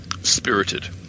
spirited